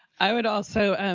i would also